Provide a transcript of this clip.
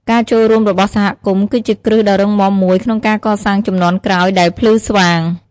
ការចូលរួមរបស់សហគមន៍ គឺជាគ្រឹះដ៏រឹងមាំមួយក្នុងការកសាងជំនាន់ក្រោយដែលភ្លឺស្វាង។